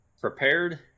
prepared